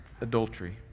adultery